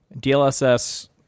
DLSS